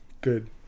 good